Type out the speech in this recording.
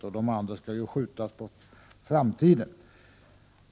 De övriga milen skall ju skjutas på framtiden.